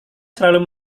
selalu